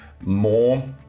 more